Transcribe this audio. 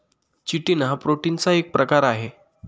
chitin हा प्रोटीनचा एक प्रकार आहे